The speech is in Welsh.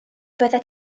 byddet